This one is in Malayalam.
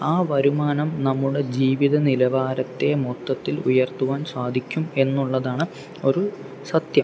ആ വരുമാനം നമ്മുടെ ജീവിത നിലവാരത്തെ മൊത്തത്തിൽ ഉയർത്തുവാൻ സാധിക്കും എന്നുള്ളതാണ് ഒരു സത്യം